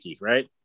right